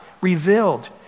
revealed